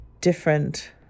different